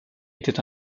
était